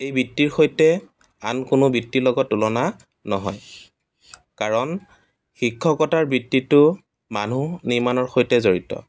এই বৃত্তিৰ সৈতে আন কোনো বৃত্তিৰ লগত তুলনা নহয় কাৰণ শিক্ষকতাৰ বৃত্তিটো মানুহ নিৰ্মাণৰ সৈতে জড়িত